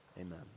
Amen